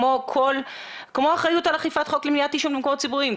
כמו אחריות על אכיפת חוק למניעת עישון במקומות ציבוריים.